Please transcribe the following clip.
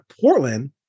Portland